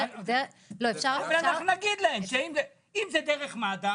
אנחנו נגיד להם שאם זה דרך מד"א